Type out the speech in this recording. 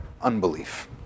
unbelief